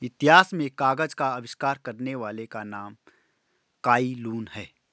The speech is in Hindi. इतिहास में कागज का आविष्कार करने वाले का नाम काई लुन है